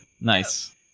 nice